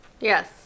Yes